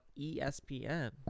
ESPN